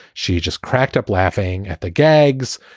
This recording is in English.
she just cracked up laughing at the gags.